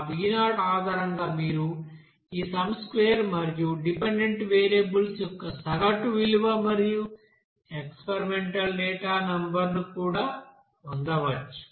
ఆ b0 ఆధారంగా మీరు ఈ సమ్ స్క్వేర్ మరియు డిపెండెంట్ వేరియబుల్స్ యొక్క సగటు విలువ మరియు ఎక్స్పెరిమెంటల్ డేటా నెంబర్ను కూడా పొందవచ్చు